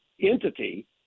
entity